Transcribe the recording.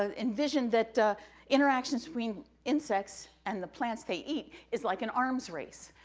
ah envisioned that interactions between insects and the plants they eat is like an arm's race,